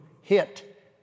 hit